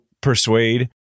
persuade